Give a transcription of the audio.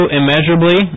immeasurably